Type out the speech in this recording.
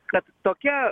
kad tokia